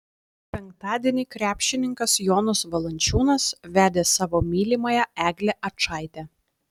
penktadienį krepšininkas jonas valančiūnas vedė savo mylimąją eglę ačaitę